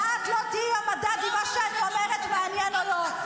ואת לא תהיי המדד אם מה שאני אומרת מעניין או לא.